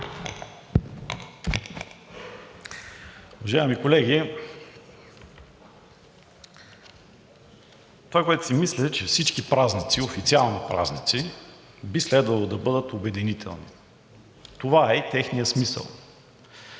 Уважаеми колеги, това, което си мисля, е, че всички официални празници би следвало да бъдат обединителни. Това е и техният смисъл.